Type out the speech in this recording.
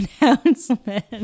announcement